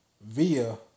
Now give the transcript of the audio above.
Via